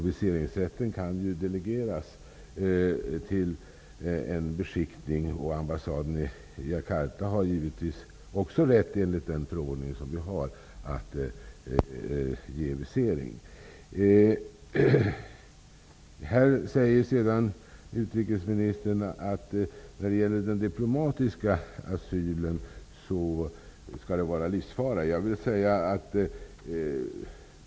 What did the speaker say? Viseringsrätten kan delegeras till en beskickning. Även ambassaden i Jakarta har givetvis rätt enligt gällande förordning att utfärda visering. Utrikesministern säger också att det skall föreligga livsfara för att diplomatisk asyl skall ges.